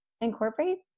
incorporate